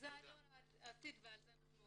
זה דור העתיד ועל זה אנחנו עובדים.